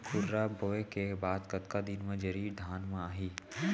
खुर्रा बोए के बाद कतका दिन म जरी धान म आही?